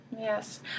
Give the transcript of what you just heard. Yes